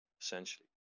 essentially